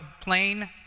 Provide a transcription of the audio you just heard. plain